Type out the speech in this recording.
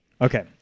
okay